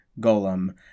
golem